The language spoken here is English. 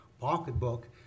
pocketbook